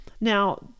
Now